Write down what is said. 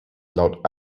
laut